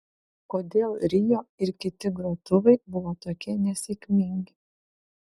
kodėl rio ir kiti grotuvai buvo tokie nesėkmingi